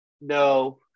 no